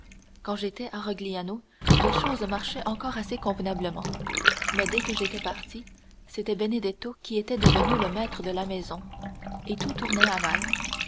quand j'étais à rogliano les choses marchaient encore assez convenablement mais dès que j'étais parti c'était benedetto qui était devenu le maître de la maison et tout tournait à mal